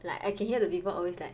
like I can hear the people always like